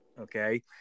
Okay